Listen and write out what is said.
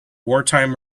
wartime